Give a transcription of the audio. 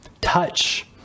touch